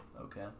Okay